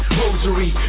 rosary